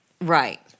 Right